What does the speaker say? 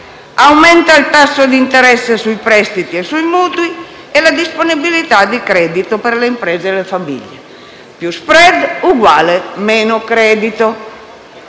aumenta il tasso di interesse sui prestiti e sui mutui e la disponibilità di credito per le imprese e le famiglie: più *spread* uguale meno credito;